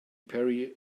perry